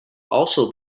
also